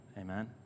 Amen